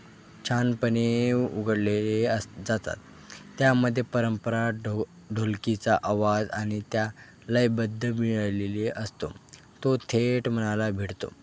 छानपणे उघडलेले असं जातात त्यामध्ये परंपरा ढो ढोलकीचा आवाज आणि त्या लयबद्ध मिळालेली असतो तो थेट मनाला भिडतो